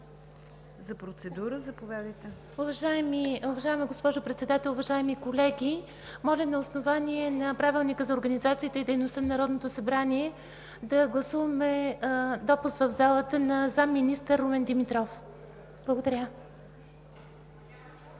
за процедура. ДИАНА САВАТЕВА (ГЕРБ): Уважаема госпожо Председател, уважаеми колеги, моля на основание на Правилника за организацията и дейността на Народното събрание да гласуваме допуск в залата на заместник-министър Румен Димитров. Благодаря